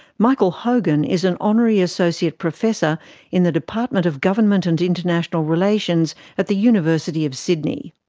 michael hogan is an honorary associate professor in the department of government and international relations at the university of sydney.